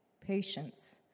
patience